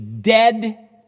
dead